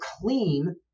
clean